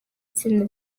itsinda